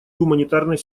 гуманитарной